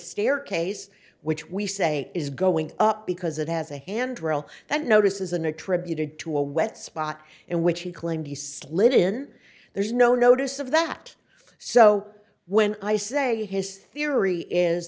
staircase which we say is going up because it has a handrail that notices an attribute it to a wet spot in which he claimed he slid in there's no notice of that so when i say his theory is